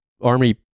army